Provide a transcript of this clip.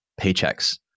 paychecks